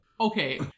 Okay